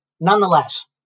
nonetheless